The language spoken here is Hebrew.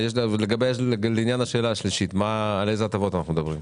לעניין השאלה השלישית, על אלו הטבות אנחנו מדברים?